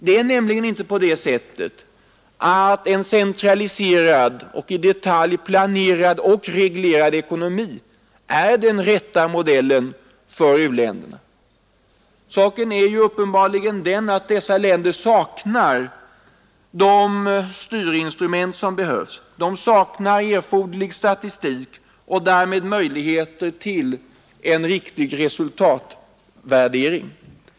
Det är nämligen inte på det sättet att en centraliserad och i detalj planerad och reglerad ekonomi är den rätta modellen för u-länderna. Saken är uppenbarligen den att dessa länder saknar de styrinstrument som behövs. De saknar också erforderlig statistik och därmed möjligheter till en riktig resultatvärdering.